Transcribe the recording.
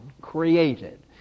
created